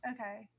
okay